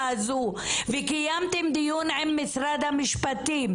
הזו וקיימתם דיון עם משרד המשפטים.